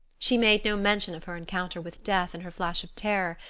she made no mention of her encounter with death and her flash of terror,